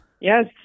Yes